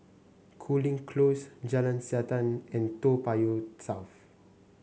Cooling Close Jalan Siantan and Toa Payoh South